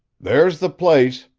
there's the place,